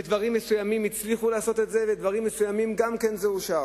בדברים מסוימים הצליחו לעשות את זה ובדברים מסוימים זה אושר